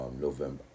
November